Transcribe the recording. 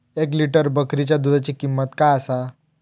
एक लिटर बकरीच्या दुधाची किंमत काय आसा?